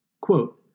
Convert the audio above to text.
Quote